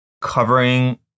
covering